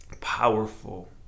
powerful